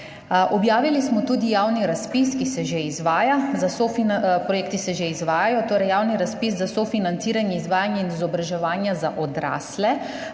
Objavili smo tudi javni razpis, katerega projekti se že izvajajo, torej javni razpis za sofinanciranje izvajanja in izobraževanja za odrasle